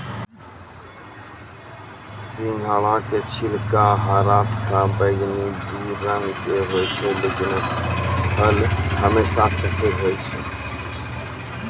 सिंघाड़ा के छिलका हरा तथा बैगनी दू रंग के होय छै लेकिन फल हमेशा सफेद होय छै